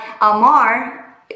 Amar